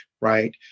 right